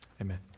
Amen